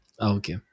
okay